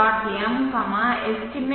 m est